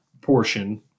portion